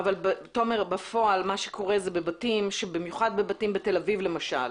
בפועל, בבתים, במיוחד בתל אביב, למשל,